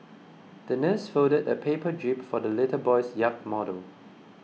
the nurse folded a paper jib for the little boy's yacht model